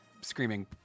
screaming